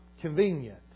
convenient